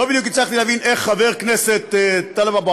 לא בדיוק הצלחתי להבין איך חבר הכנסת טלב אבו